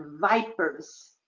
vipers